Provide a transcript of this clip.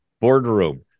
boardroom